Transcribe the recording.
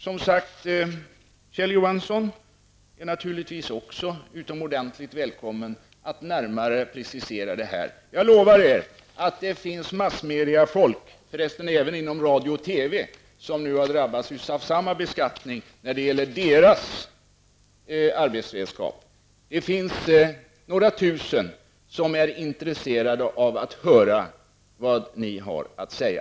Som sagt: Kjell Johansson är naturligtvis också oehört välkommen att närmare precisera det här. Jag lovar er att det finns massmediefolk -- för resten även folk inom radio och TV som nu har drabbats av samma beskattning när det gäller deras arbetsredskap -- tillsammans några tusen som är intresserade av vad ni har att säga.